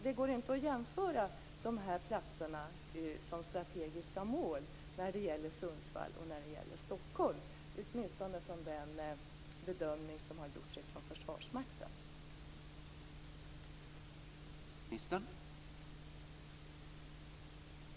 Det går inte att jämföra Stockholm och Sundsvall som strategiska mål, åtminstone inte utifrån den bedömning som har gjorts från Försvarsmaktens sida.